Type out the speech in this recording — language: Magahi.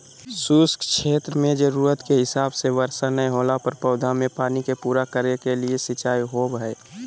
शुष्क क्षेत्र मेंजरूरत के हिसाब से वर्षा नय होला पर पौधा मे पानी के पूरा करे के ले सिंचाई होव हई